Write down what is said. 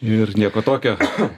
ir nieko tokio